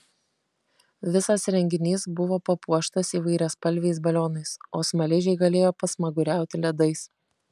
visas renginys buvo papuoštas įvairiaspalviais balionais o smaližiai galėjo pasmaguriauti ledais